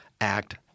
Act